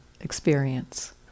experience